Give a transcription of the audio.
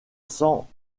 cent